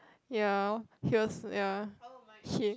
ya he was ya he